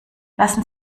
lassen